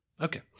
Okay